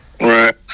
Right